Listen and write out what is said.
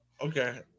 Okay